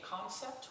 concept